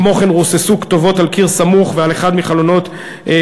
כמו כן רוססו כתובות על קיר סמוך ועל אחד מחלונות כלי-הרכב,